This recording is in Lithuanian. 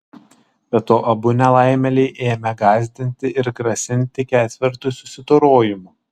be to abu nelaimėliai ėmę gąsdinti ir grasinti ketvertui susidorojimu